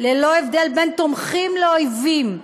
ללא הבדל בין תומכים לאויבים,